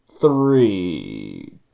three